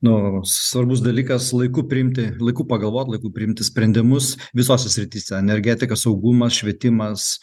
nu svarbus dalykas laiku priimti laiku pagalvot laiku priimti sprendimus visose srityse energetika saugumas švietimas